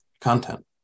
content